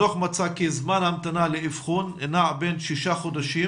הדוח מצא כי זמן ההמתנה לאבחון נע בין שישה חודשים